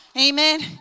Amen